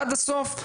עד הסוף,